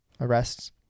arrests